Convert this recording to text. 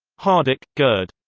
hardach, gerd.